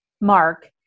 Mark